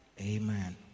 Amen